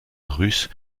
russe